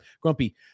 Grumpy